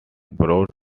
brought